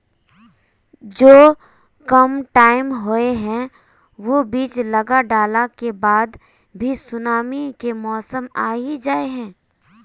जो कम टाइम होये है वो बीज लगा डाला के बाद भी सुनामी के मौसम आ ही जाय है?